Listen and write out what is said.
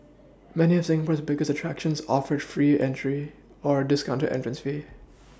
many of Singapore's biggest attractions offered free entry or discounted entrance fee